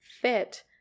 fit